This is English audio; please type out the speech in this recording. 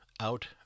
out